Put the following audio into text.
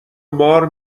مار